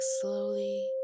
slowly